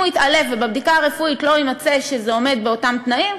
אם הוא התעלף ובבדיקה הרפואית לא יימצא שזה עומד באותם תנאים,